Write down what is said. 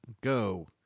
Go